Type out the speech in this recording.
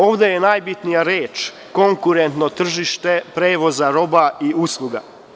Ovde je najbitnija reč - konkurentno tržište prevoza roba i usluga.